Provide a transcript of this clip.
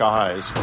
eyes